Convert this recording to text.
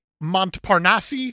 Montparnasse